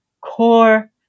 core